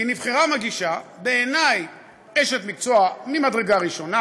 כי נבחרה מגישה, בעיני אשת מקצוע ממדרגה ראשונה.